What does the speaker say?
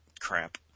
crap